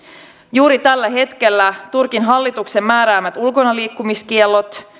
juuri tällä hetkellä turkin hallituksen määräämät ulkonaliikkumiskiellot